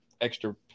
extra